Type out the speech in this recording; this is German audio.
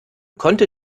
konnte